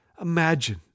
Imagine